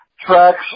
tracks